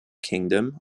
kingdom